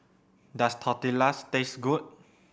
does Tortillas taste good